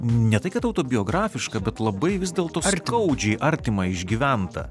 ne tai kad autobiografiška bet labai vis dėlto skaudžiai artima išgyventa